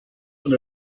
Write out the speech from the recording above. und